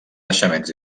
naixements